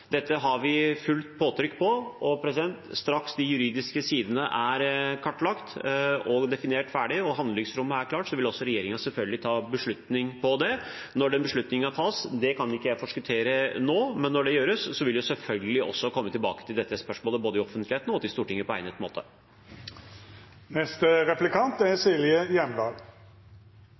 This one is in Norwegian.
er kartlagt og definert ferdig og handlingsrommet er klart, vil regjeringen selvfølgelig ta en beslutning. Når den beslutningen tas, kan ikke jeg forskuttere nå, men når det gjøres, vil vi selvfølgelig komme tilbake til dette spørsmålet både i offentligheten og til Stortinget, på egnet måte.